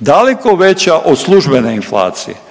daleko veća od službene inflacije.